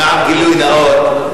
למען גילוי נאות,